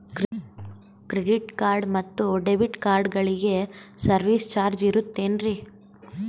Credit card ಮತ್ತು debit ಕಾರ್ಡಗಳಿಗೆ service charge ಇರುತೇನ್ರಿ?